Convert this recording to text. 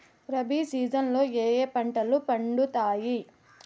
rabi season లో ఏ ఏ పంటలు పండుతాయి